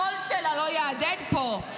הקול שלה לא יהדהד פה.